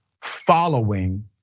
following